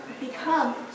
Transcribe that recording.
become